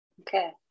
okay